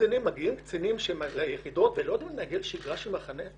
מגיעים קצינים מהקורס ליחידות ולא יודעים לנהל שגרה של מחנה.